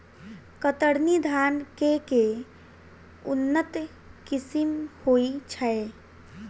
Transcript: कतरनी धान केँ के उन्नत किसिम होइ छैय?